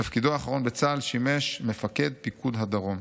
בתפקידו האחרון בצה"ל שימש מפקד פיקוד הדרום.